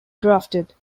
drafted